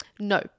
no